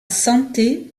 santé